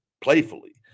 playfully